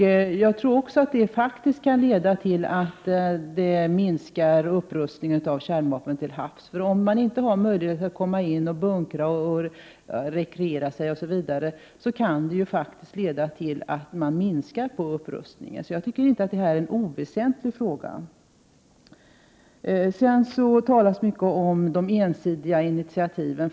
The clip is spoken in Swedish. Jag tror också att det kan leda till en minskning av upprustningen av kärnvapen till havs. Om man inte har möjlighet att komma in och bunkra och rekreera sig, kan det faktiskt leda till att man minskar upprustningen. Jag tycker således inte att detta är en oväsentlig fråga. Det talas mycket om de ensidiga initiativen.